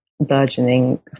burgeoning